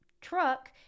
truck